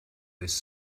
this